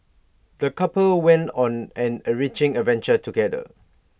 the couple went on an enriching adventure together